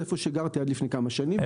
זה איפה שגרתי עד לפני כמה שנים,